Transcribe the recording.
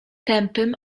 tępym